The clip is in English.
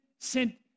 sent